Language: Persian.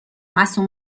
مصون